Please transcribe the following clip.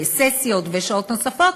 ססיות ושעות נוספות,